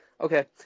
Okay